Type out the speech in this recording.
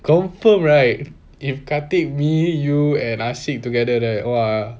confirm right if kati me you and ah sek together right !wah!